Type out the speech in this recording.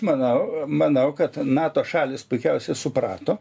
manau manau kad nato šalys puikiausiai suprato